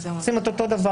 עושים גם הם אותו דבר.